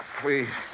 please